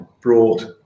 brought